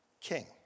king